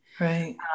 Right